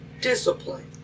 discipline